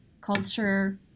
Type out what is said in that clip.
culture